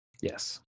Yes